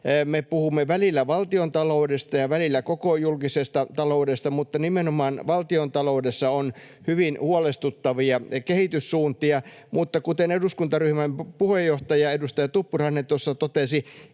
puhumme välillä valtiontaloudesta ja välillä koko julkisesta taloudesta, mutta nimenomaan valtiontaloudessa on hyvin huolestuttavia kehityssuuntia, mutta kuten eduskuntaryhmän puheenjohtaja edustaja Tuppurainen tuossa totesi,